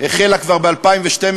החלה כבר ב-2012,